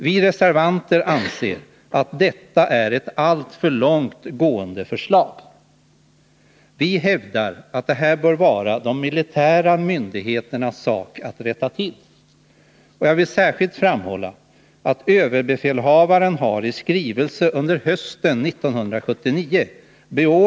Vi reservanter anser att detta är ett alltför långtgående förslag. Vi hävdar att det bör vara de militära myndigheternas sak att rätta till problemen i det här avseendet. Jag vill särskilt framhålla att överbefälhavaren har förordat vissa åtgärder i skrivelse hösten 1979.